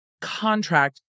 contract